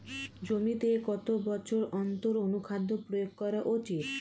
জমিতে কত বছর অন্তর অনুখাদ্য প্রয়োগ করা উচিৎ?